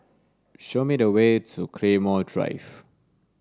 show me the way to Claymore Drive